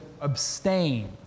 abstain